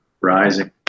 Rising